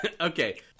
okay